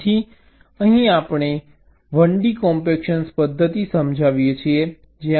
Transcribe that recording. તેથી અહીં આપણે 1d કોમ્પેક્શન પદ્ધતિ સમજાવીએ છીએ